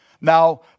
Now